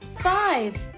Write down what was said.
five